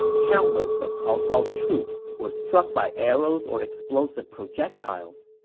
countless of cao cao's troops were struck by arrows or explosive projectiles.